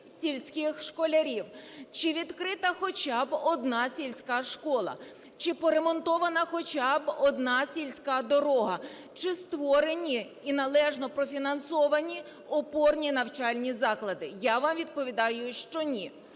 сільських школярів? Чи відкрита хоча б одна сільська школа? Чи поремонтована хоча б одна сільська дорога? Чи створені і належно профінансовані опорні навчальні заклади? Я вам відповідаю, що ні.